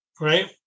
right